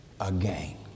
again